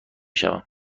شوم